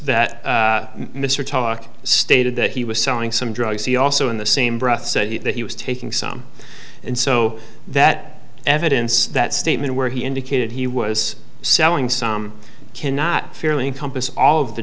that mr talk stated that he was selling some drugs he also in the same breath said that he was taking some and so that evidence that statement where he indicated he was selling some cannot fairly compass all of the